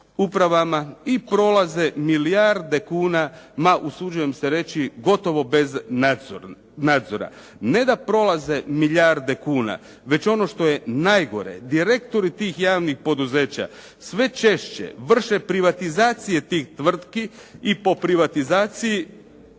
upravama i prolaze milijarde kuna, ma usuđujem se reći gotovo bez nadzora, ne da prolaze milijarde kuna, već ono što je najgore direktori tih javnih poduzeća, sve češće vrše privatizacije tih tvrtki i po privatizaciji